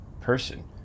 person